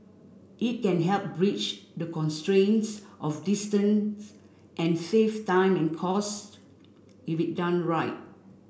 it can help bridge the constraints of distance and save time and costs if it done right